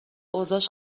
اوضاش